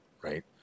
right